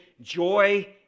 joy